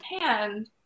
hand